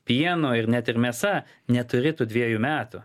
pieno ir net ir mėsa neturi tų dviejų metų